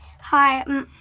Hi